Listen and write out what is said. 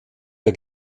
der